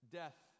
death